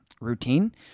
routine